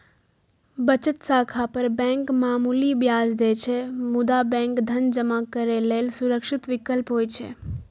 बचत खाता पर बैंक मामूली ब्याज दै छै, मुदा बैंक धन जमा करै लेल सुरक्षित विकल्प होइ छै